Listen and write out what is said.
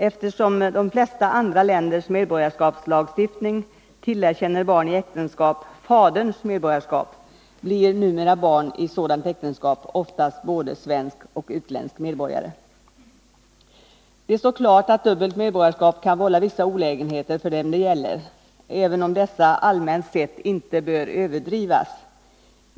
Eftersom de flesta andra länders medborgarskapslagstiftning tillerkänner barn i äktenskap faderns medborgarskap, blir numera barn i sådant äktenskap oftast både svensk och utländsk medborgare. 57 Det står klart att dubbelt medborgarskap kan vålla vissa olägenheter för dem det gäller, även om dessa allmänt sett inte bör överdrivas.